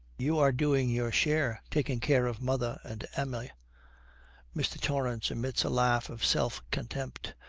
you are doing your share, taking care of mother and emma mr. torrance emits a laugh of self-contempt.